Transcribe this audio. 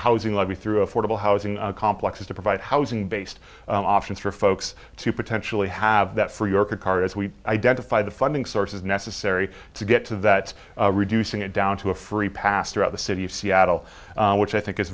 housing levy through affordable housing complexes to provide housing based options for folks to potentially have that for your car as we identify the funding sources necessary to get to that reducing it down to a free pass throughout the city of seattle which i think is